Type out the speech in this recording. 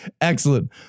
Excellent